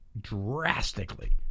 drastically